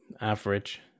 average